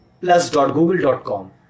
plus.google.com